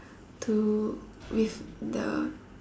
to with the